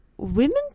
Women